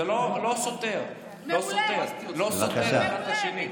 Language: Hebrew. זה לא סותר אחד את השני.